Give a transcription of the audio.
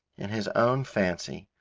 in his own fancy,